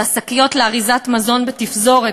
שהשקיות לאריזת מזון בתפזורת,